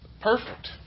perfect